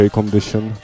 condition